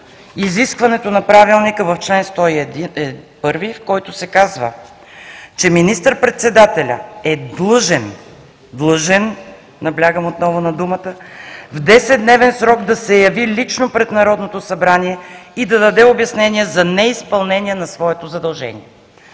изискването на Правилника в чл. 101, в който се казва, че министър-председателят е длъжен – длъжен, наблягам отново на думата, в 10-дневен срок да се яви лично пред Народното събрание и да даде обяснение за неизпълнение на своето задължение.